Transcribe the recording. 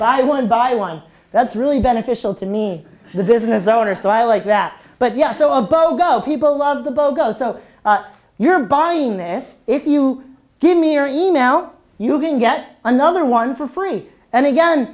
by one by one that's really beneficial to me the business owner so i like that but yeah so a bogo people love the bogo so if you're buying this if you give me your email you can get another one for free and again